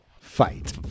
Fight